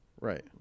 right